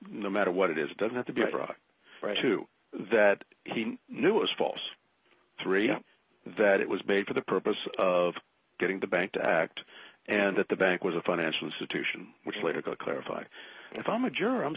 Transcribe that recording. no matter what it is it doesn't have to be iraq right to that he knew it was false three that it was bait for the purpose of getting the bank to act and that the bank was a financial institution which way to go clarify if i'm a juror i'm